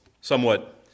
somewhat